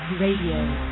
Radio